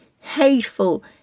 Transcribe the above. hateful